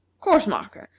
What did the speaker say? course-marker,